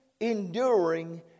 enduring